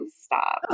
stop